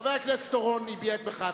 חבר הכנסת אורון הביע את מחאתו.